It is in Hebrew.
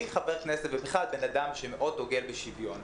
אני חבר כנסת ובכלל בן אדם שדוגל מאוד בשוויון,